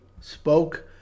spoke